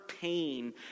pain